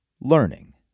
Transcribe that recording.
Learning